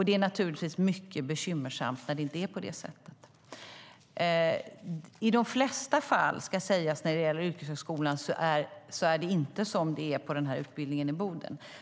Det är naturligtvis mycket bekymmersamt när det inte är på det sättet. I de flesta fall när det gäller yrkeshögskolan är det inte som på utbildningen i Boden.